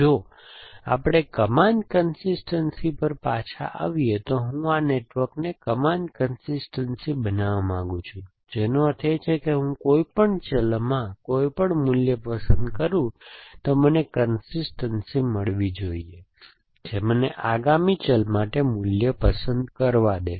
જો આપણે કમાન કન્સિસ્ટનસી પર પાછા આવીએ તો હું આ નેટવર્કને કમાન કન્સિસ્ટનસી બનાવવા માંગુ છું જેનો અર્થ એ છે કે જો હું કોઈપણ ચલમાં કોઈપણ મૂલ્ય પસંદ કરું તો મને કન્સિસ્ટનસી મળવી જોઈએ જે મને આગામી ચલ માટે મૂલ્ય પસંદ કરવા દેશે